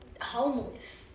homeless